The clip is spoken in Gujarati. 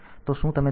તો શું તમે તે કરશો